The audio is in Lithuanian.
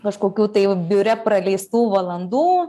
kažkokių tai biure praleistų valandų